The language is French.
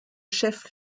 chef